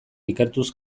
ikertuz